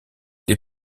les